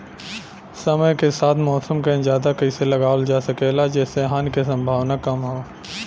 समय के साथ मौसम क अंदाजा कइसे लगावल जा सकेला जेसे हानि के सम्भावना कम हो?